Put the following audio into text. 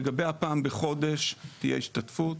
לגבי הפעם בחודש, תהיה השתתפות.